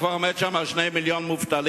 וכבר יש שם 2 מיליוני מובטלים.